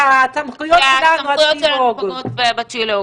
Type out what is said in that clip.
כי הסמכויות שלנו עד התשיעי באוגוסט.